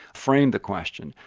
framed the question.